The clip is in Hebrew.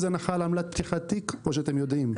הנחה על עמלת פתיחת תיק או שאתם יודעים?